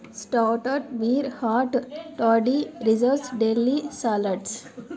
starter beer hot toddy desserts deli salads